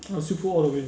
I'll still put all the way